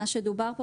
מה שדובר פה.